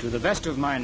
to the best of my